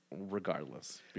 regardless